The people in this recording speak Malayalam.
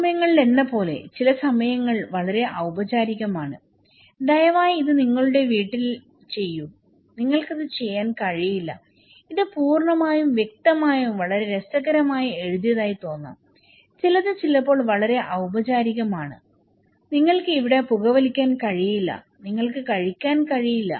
ചില സമയങ്ങളിലെന്നപോലെ ചില നിയമങ്ങൾ വളരെ ഔപചാരികമാണ് ദയവായി ഇത് നിങ്ങളുടെ വീട്ടിൽ ചെയ്യൂ നിങ്ങൾക്കത് ചെയ്യാൻ കഴിയില്ല ഇത് പൂർണ്ണമായും വ്യക്തമായും വളരെ രസകരമായി എഴുതിയതായി തോന്നാം ചിലത് ചിലപ്പോൾ വളരെ ഔപചാരികമാണ് നിങ്ങൾക്ക് ഇവിടെ പുകവലിക്കാൻ കഴിയില്ല നിങ്ങൾക്ക് കഴിക്കാൻ കഴിയില്ല